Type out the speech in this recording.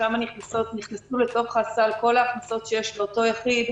שם נכנסו לתוך הסל כל ההכנסות שיש לאותו יחיד,